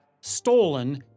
stolen